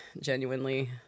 genuinely